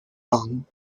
hung